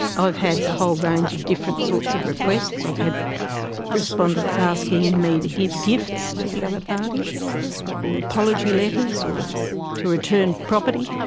i've had a whole range of different sorts of requests. i've had respondents asking me to give gifts to the other party or apology letters or to return property.